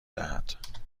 دهد